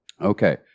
Okay